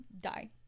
die